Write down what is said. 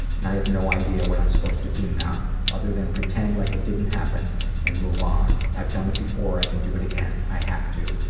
and i have no idea what i am supposed to do now other than pretend like it didn't happen and move on. i've done it before, i can do it again, i have to,